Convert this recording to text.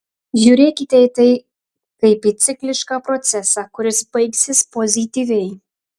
žiūrėkite į tai kaip į ciklišką procesą kuris baigsis pozityviai